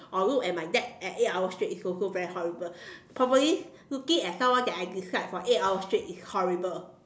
or look at my dad at eight hours straight is also very horrible probably looking at someone that I dislike for eight hours straight is horrible